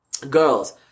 girls